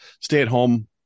Stay-at-home